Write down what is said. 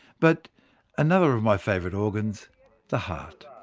but another of my favourite organs the heart